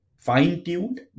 fine-tuned